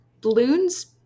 Balloons